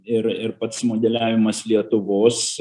ir ir pats modeliavimas lietuvos